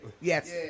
Yes